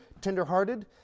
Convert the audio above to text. tenderhearted